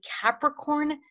Capricorn